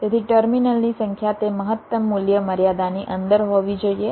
તેથી ટર્મિનલની સંખ્યા તે મહત્તમ મૂલ્ય મર્યાદાની અંદર હોવી જોઈએ